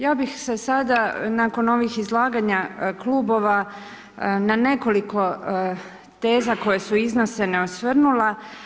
Ja bih se sada nakon ovih izlaganja klubova na nekoliko teza koje su iznesene osvrnula.